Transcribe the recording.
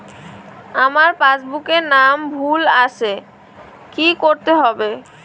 আমার পাসবুকে নাম ভুল আছে কি করতে হবে?